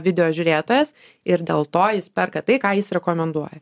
video žiūrėtojas ir dėl to jis perka tai ką jis rekomenduoja